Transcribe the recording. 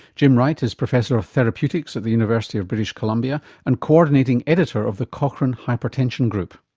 jim wright is professor of therapeutics at the university of british columbia and co-ordinating editor of the cochrane hypertension group.